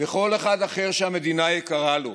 ולכל אחד אחר שהמדינה יקרה לו: